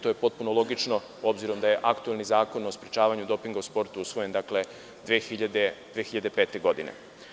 To je potpuno logično, obzirom da je aktuelni Zakon o sprečavanju dopinga u sportu usvojen 2005. godine.